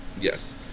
Yes